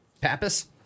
pappas